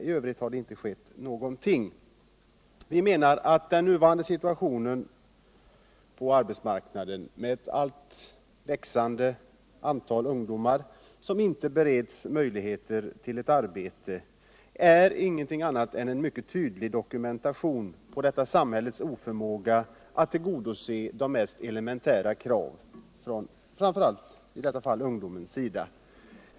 I övrigt har det inte skett någonting. Vi menar att den nuvarande situationen på arbetsmarknaden, med ett alltmer växande antal ungdomar som inte bereds möjlighet till arbete, inte är någonting annat än en mycket tydlig dokumentation av detta samhälles oförmåga att tillgodose de mest elementära kraven, i detta fall framför allt från ungdomens sida.